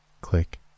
click